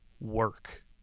work